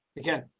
again?